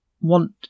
want